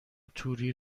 توری